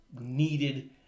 needed